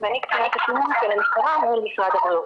ואני קצינת התיאום של המשרד, עם משרד הבריאות.